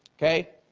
okay?